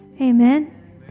Amen